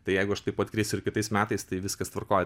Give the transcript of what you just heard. tai jeigu aš taip pat krisiu ir kitais metais tai viskas tvarkoj